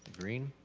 green.